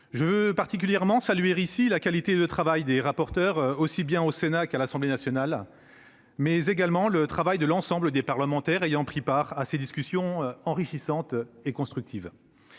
Je veux particulièrement saluer la qualité du travail des rapporteurs, aussi bien au Sénat qu'à l'Assemblée nationale, ainsi que de l'ensemble des parlementaires ayant pris part à ces discussions enrichissantes et constructives.